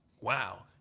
wow